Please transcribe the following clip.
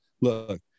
look